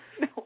no